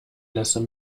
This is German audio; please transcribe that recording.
nässe